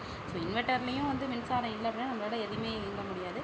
so இன்வெர்ட்டர்லேயும் வந்து மின்சாரம் இல்லை அப்படின்னா நம்மளால் எதையுமே இயங்க முடியாது